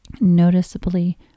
noticeably